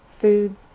food